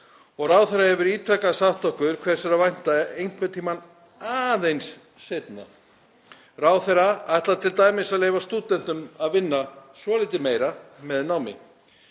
og ráðherra hefur ítrekað sagt okkur hvers sé að vænta einhvern tímann aðeins seinna. Ráðherra ætlar t.d. að leyfa stúdentum að vinna svolítið meira með námi.